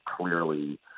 clearly